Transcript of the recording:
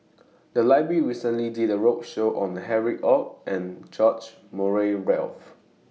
The Library recently did A roadshow on Harry ORD and George Murray Reith